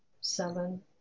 seven